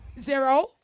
zero